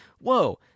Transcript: whoa